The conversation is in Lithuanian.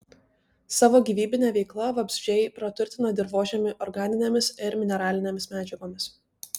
savo gyvybine veikla vabzdžiai praturtina dirvožemį organinėmis ir mineralinėmis medžiagomis